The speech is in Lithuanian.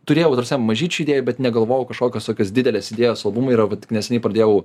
turėjau ta prasme mažyčių idėjų bet negalvojau kažkokios tokios didelės idėjos albumai yra va tik neseniai pradėjau